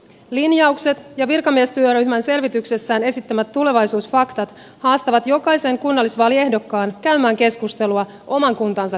linjaukset ja virkamiestyöryhmän selvityksessään esittämät tulevaisuusfaktat haastavat jokaisen kunnallisvaaliehdokkaan käymään keskustelua oman kuntansa tulevaisuudesta